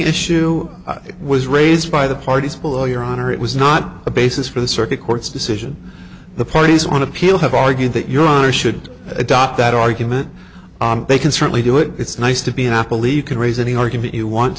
issue was raised by the parties will your honor it was not a basis for the circuit court's decision the parties on appeal have argued that your honor should adopt that argument they can certainly do it it's nice to be an apple leave can raise any argument you want